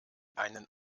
einen